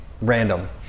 Random